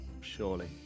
Surely